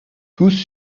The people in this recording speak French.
tous